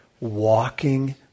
walking